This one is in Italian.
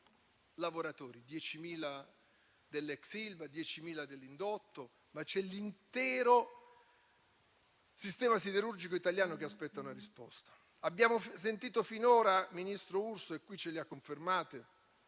20.000 lavoratori (10.000 dell'ex Ilva e 10.000 dell'indotto), ma c'è l'intero sistema siderurgico italiano che aspetta una risposta. Ministro Urso, finora abbiamo sentito - e qui ce le ha confermate